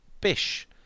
Bish